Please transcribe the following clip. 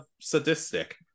sadistic